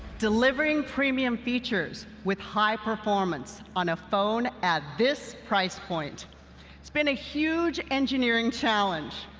delivering premium features with high performance on a phone at this price point it's been a huge engineering challenge.